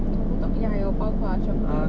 我不懂 ya 有包括 lah 全部都有